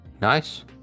Nice